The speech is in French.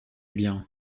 bien